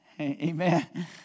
Amen